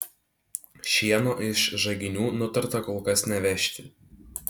šieno iš žaginių nutarta kol kas nevežti